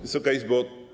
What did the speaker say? Wysoka Izbo!